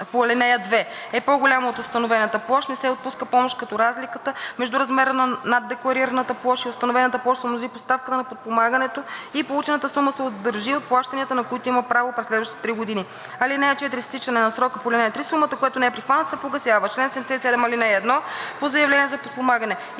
по ал. 2 е по-голяма от установената площ, не се отпуска помощ, като разликата между размера на наддекларираната площ и установената площ се умножи по ставката на подпомагането и получената сума се удържи от плащанията, на които има право през следващите три години. (4) С изтичане на срока по ал. 3 сумата, която не е прихваната, се погасява. Чл. 77. (1) По заявления за подпомагане